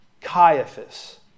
Caiaphas